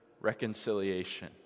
reconciliation